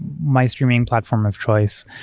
my streaming platform of choice.